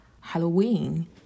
Halloween